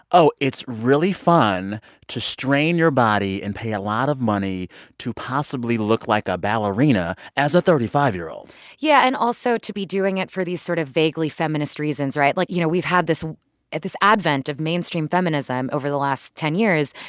oh, it's really fun to strain your body and pay a lot of money to possibly look like a ballerina as a thirty five year old yeah, and also to be doing it for these sort of vaguely feminist reasons, right? like, you know, we've had this advent of mainstream feminism over the last ten years,